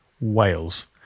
Wales